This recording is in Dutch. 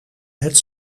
het